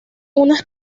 unas